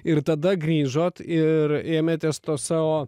ir tada grįžot ir ėmėtės to savo